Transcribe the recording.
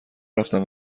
رفتم